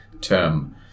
term